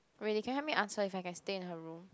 really can you help me ask her if I can stay in her room